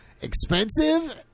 expensive